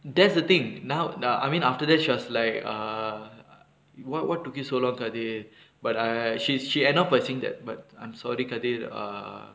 that's the thing now நா:naa I mean after that she was like err what what took you so long kathir but I she's she end off by saying that but I'm sorry kathir err